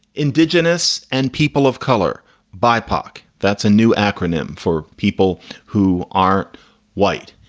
indigenous and people of color bipac. that's a new acronym for people who are white.